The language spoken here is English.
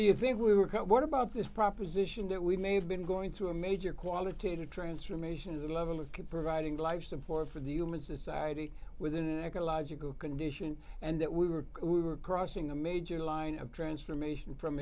do you think we were what about this proposition that we may have been going through a major qualitative transformation in the level of providing life support for the human society with an ecological condition and that we were we were crossing a major line of transformation from